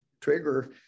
trigger